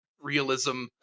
realism